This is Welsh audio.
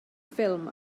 ffilm